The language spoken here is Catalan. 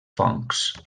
fongs